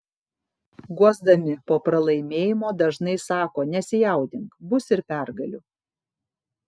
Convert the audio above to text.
guosdami po pralaimėjimo dažnai sako nesijaudink bus ir pergalių